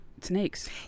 snakes